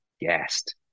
gassed